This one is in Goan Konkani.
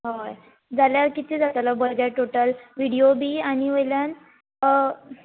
हय जाल्यार कितले जातलो बरें टोटल विडियो बी आनी वयल्यान